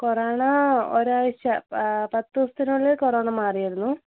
corona ഒരാഴ്ച്ച പത്തുദിവസത്തിനുള്ളിൽ corona മാറിയായിരുന്നു